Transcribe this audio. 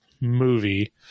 movie